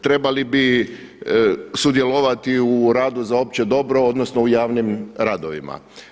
Trebali bi sudjelovati u radu za opće dobro, odnosno u javnim radovima.